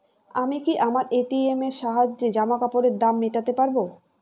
আমি কি আমার এ.টি.এম এর সাহায্যে জামাকাপরের দাম মেটাতে পারব?